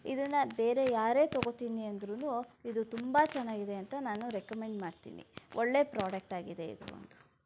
ಇದನ್ನು ಬೇರೆ ಯಾರೇ ತೊಗೋತೀನಿ ಅಂದರೂ ಇದು ತುಂಬ ಚೆನ್ನಾಗಿದೆ ಅಂತ ನಾನು ರೆಕಮೆಂಡ್ ಮಾಡ್ತೀನಿ ಒಳ್ಳೆಯ ಪ್ರಾಡಕ್ಟ್ ಆಗಿದೆ ಇದು ಅಂತು